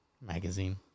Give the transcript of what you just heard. magazine